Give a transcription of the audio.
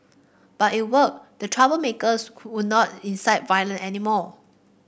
but it worked the troublemakers could not incite violence anymore